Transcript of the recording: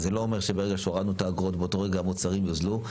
אז זה לא אומר שברגע שהורדנו את האגרות באותו רגע המוצרים יוזלו,